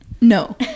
No